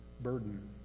burden